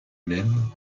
même